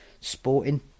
Sporting